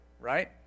right